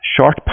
Short